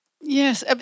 Yes